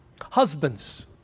Husbands